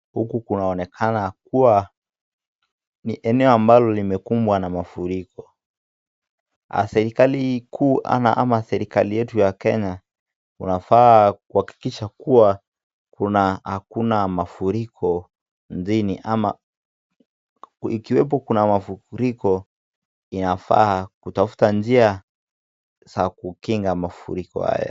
Huku kunaonekana kuwa ni eneo ambalo limekubwa na mafuriko. Serekali kuu ama serekali yetu ya Kenya unafaa kuhakikisha kuwa hakuna mafuriko mjini ama ikiwemo kuna mafuriko inafaa kutafuta njia za kukinga mafuriko haya.